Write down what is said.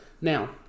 Now